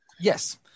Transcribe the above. Yes